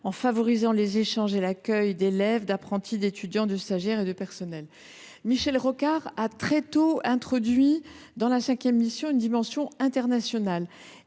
en favorisant les échanges et l’accueil d’élèves, d’apprentis, d’étudiants, de stagiaires et de personnels ». Michel Rocard a introduit très tôt, dans cette cinquième mission, une dimension internationale.